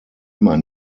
immer